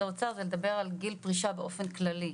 האוצר זה מדבר על העלאת גיל הפרישה באופן ככלי,